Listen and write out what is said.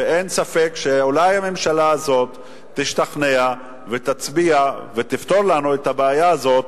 אין ספק שאולי הממשלה הזאת תשתכנע ותצביע ותפתור לנו את הבעיה הזאת,